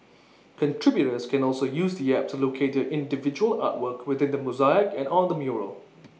contributors can also use the app to locate their individual artwork within the mosaic and on the mural